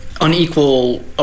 Unequal